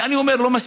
ואני אומר: לא מספיק.